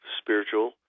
spiritual